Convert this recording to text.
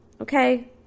okay